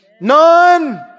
None